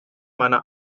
meiner